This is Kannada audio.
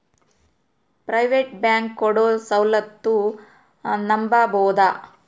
ಪ್ರೈವೇಟ್ ಬ್ಯಾಂಕ್ ಕೊಡೊ ಸೌಲತ್ತು ನಂಬಬೋದ?